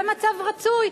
זה מצב רצוי,